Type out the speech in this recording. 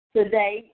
Today